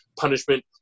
punishment